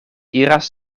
iras